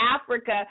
Africa